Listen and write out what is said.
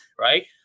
right